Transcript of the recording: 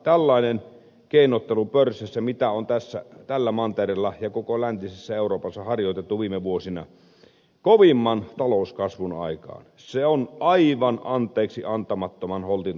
tällainen keinottelu pörssissä mitä on tällä mantereella ja koko läntisessä euroopassa harjoitettu viime vuosina kovimman talouskasvun aikaan on aivan anteeksiantamattoman holtitonta toimintaa